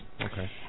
Okay